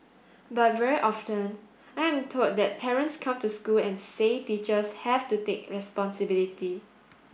but very often I am told that parents come to school and say teachers have to take responsibility